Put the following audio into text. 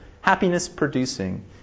happiness-producing